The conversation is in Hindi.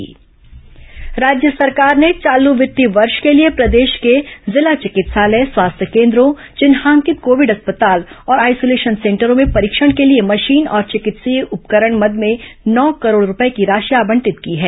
कोरोना राशि आवंटित राज्य सरकार ने चालू वित्तीय वर्ष के लिए प्रदेश के जिला चिकित्सालय स्वास्थ्य केन्द्रों चिन्हांकित कोविड अस्पताल और आइसोलेशन सेंटरों में परीक्षण के लिए मशीन और चिकित्सकीय उपकरण मद में नौ करोड़ रूपये की राशि आवंटित की है